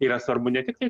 yra svarbu ne tiktai